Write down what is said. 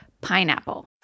pineapple